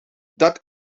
dat